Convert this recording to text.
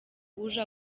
uje